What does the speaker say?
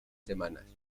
semanas